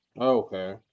okay